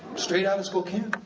straight out of spokane.